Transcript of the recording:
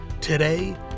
Today